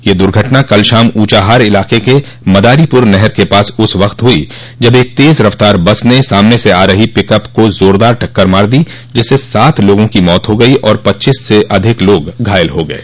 यह दुर्घटना कल शाम ऊंचाहार इलाके के मदारीपुर नहर के पास उस समय हुई जब एक तेज रफ्तार बस ने सामने से आ रही पिकप को जारदार टक्कर मार दी जिससे सात लोगों की मौत हो गई और पच्चीस से अधिक लोग घायल हो गये